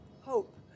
Hope